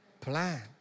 Plan